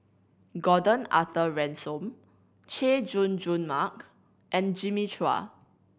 Gordon Arthur Ransome Chay Jung Jun Mark and Jimmy Chua